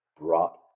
brought